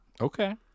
Okay